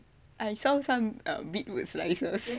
I saw some err beetroots